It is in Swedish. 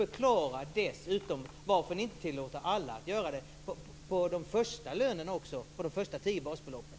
Förklara dessutom varför ni inte tillåter alla att undanta de första tio basbeloppen!